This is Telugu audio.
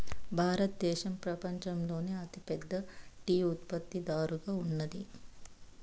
భారతదేశం పపంచంలోనే అతి పెద్ద టీ ఉత్పత్తి దారుగా ఉన్నాది